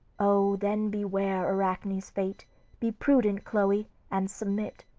o, then beware arachne's fate be prudent, chloe, and submit,